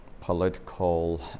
political